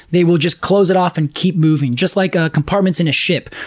they will just close it off and keep moving, just like ah compartments in a ship.